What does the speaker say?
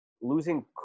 losing